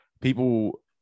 People